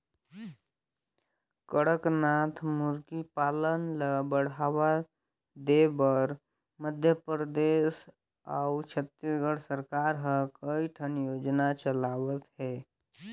कड़कनाथ मुरगी पालन ल बढ़ावा देबर मध्य परदेस अउ छत्तीसगढ़ सरकार ह कइठन योजना चलावत हे